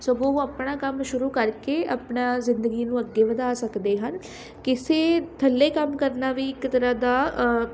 ਸਗੋਂ ਉਹ ਆਪਣਾ ਕੰਮ ਸ਼ੁਰੂ ਕਰਕੇ ਆਪਣਾ ਜ਼ਿੰਦਗੀ ਨੂੰ ਅੱਗੇ ਵਧਾ ਸਕਦੇ ਹਨ ਕਿਸੇ ਥੱਲੇ ਕੰਮ ਕਰਨਾ ਵੀ ਇੱਕ ਤਰ੍ਹਾਂ ਦਾ